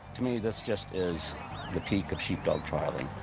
to me this just is the peak of sheepdog trialing.